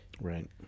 Right